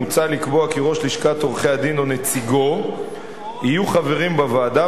מוצע לקבוע כי ראש לשכת עורכי-הדין או נציגו יהיו חברים בוועדה,